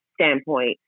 standpoint